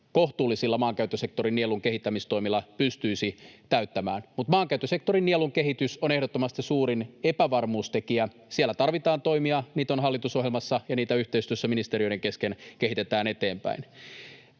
kohtuullisilla maankäyttösektorin nielun kehittämistoimilla pystyisi täyttämään. Mutta maankäyttösektorin nielun kehitys on ehdottomasti suurin epävarmuustekijä. Siellä tarvitaan toimia, niitä on hallitusohjelmassa ja niitä yhteistyössä ministeriöiden kesken kehitetään eteenpäin.